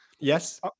Yes